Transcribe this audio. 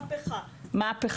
מהפכה.